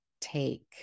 take